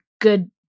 good